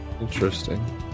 interesting